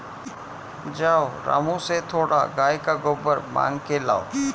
जाओ रामू से थोड़ा गाय का गोबर मांग के लाओ